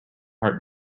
heart